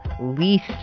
least